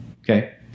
Okay